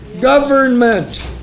government